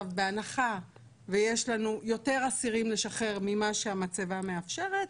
בהנחה ויש לנו יותר אסירים לשחרר ממה שהמצבה מאפשרת,